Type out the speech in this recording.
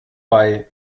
bei